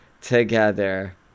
together